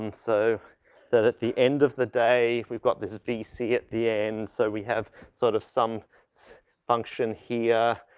um so that at the end of the day, we've got this v c at the end. so, we have sort of some function here.